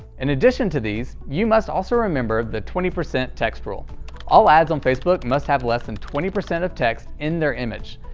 in addition to these, you must also remember the twenty percent text rule all ads on facebook must have less than twenty percent of text in their images.